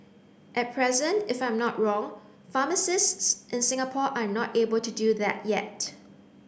at present if I'm not wrong pharmacists in Singapore are not able to do that yet